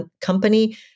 company